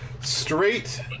straight